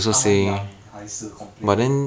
他们养还是 complain